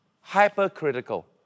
hypercritical